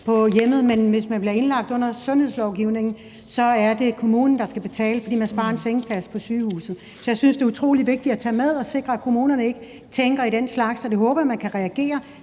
på hjemmet. Men hvis man bliver indlagt under sundhedslovgivningen, er det kommunen, der skal betale, fordi man sparer en sengeplads på sygehuset. Så det synes jeg er utrolig vigtigt at tage med, altså at sikre, at kommunerne ikke tænker i den slags. Det håber jeg man kan reagere